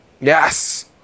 Yes